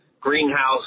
greenhouse